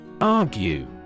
Argue